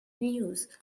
news